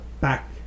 back